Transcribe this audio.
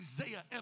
Isaiah